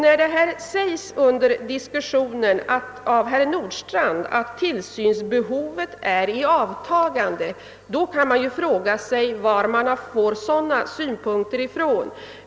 När herr .Nordstrandh säger att tillsynsbehovet är i avtagande frågar man sig varifrån han fått den uppgiften.